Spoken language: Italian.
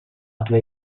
due